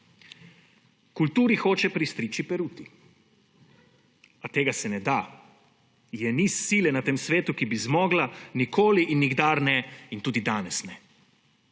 Kulturi hoče pristriči peruti, a tega se ne da, je ni sile na tem svetu, ki bi zmogla, nikoli in nikdar ne in tudi danes ne.